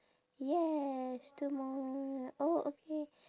yes two more oh okay